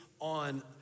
on